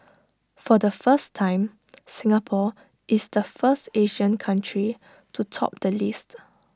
for the first time Singapore is the first Asian country to top the list